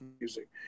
music